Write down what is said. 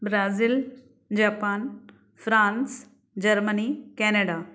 Brazil Japan France Germany Canada